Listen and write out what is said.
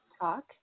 talk